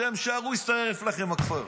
שהם שרו "יישרף לכם הכפר".